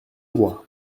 droit